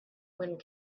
wind